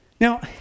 Now